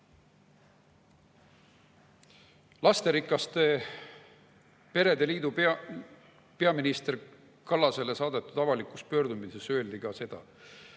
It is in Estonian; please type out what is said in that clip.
Lasterikaste perede liidult peaminister Kallasele saadetud avalikus pöördumises öeldi ka seda: